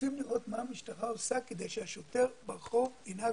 רוצים לראות מה המשטרה עושה כדי שהשוטר ברחוב ינהג.